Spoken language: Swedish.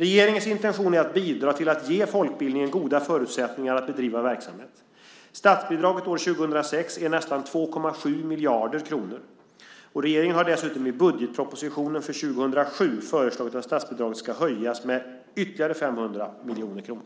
Regeringens intention är att bidra till att ge folkbildningen goda förutsättningar att bedriva verksamhet. Statsbidraget år 2006 är nästan 2,7 miljarder kronor. Regeringen har dessutom i budgetpropositionen för 2007 föreslagit att statsbidraget ska höjas med ytterligare 500 miljoner kronor.